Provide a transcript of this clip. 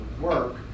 work